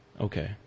Okay